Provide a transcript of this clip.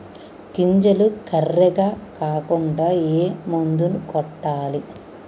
గింజలు కర్రెగ కాకుండా ఏ మందును కొట్టాలి?